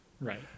right